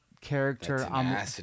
character